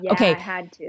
Okay